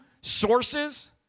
sources